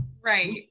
Right